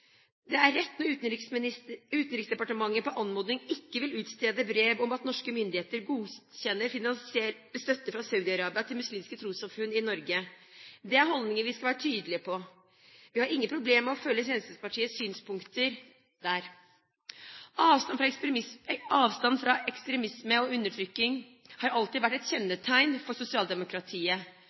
Det er rett når Utenriksdepartementet på anmodning ikke vil utstede brev om at norske myndigheter godkjenner finansiell støtte fra Saudi-Arabia til muslimske trossamfunn i Norge. Det er holdninger vi skal være tydelige på. Vi har ingen problemer med å følge Fremskrittspartiets synspunkter der. Å ta avstand fra ekstremisme og undertrykking har alltid vært et kjennetegn ved sosialdemokratiet.